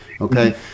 Okay